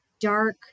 dark